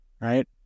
right